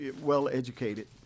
well-educated